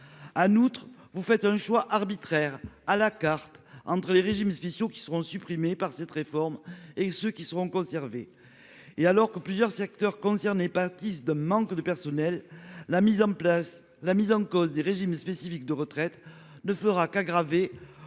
En outre, vous faites un choix arbitraire, à la carte, entre les régimes spéciaux qui seront supprimés par cette réforme et ceux qui seront conservés. Alors que plusieurs secteurs concernés pâtissent d'un manque de personnel, la mise en cause des régimes spécifiques de retraite ne fera qu'aggraver